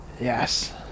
yes